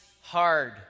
hard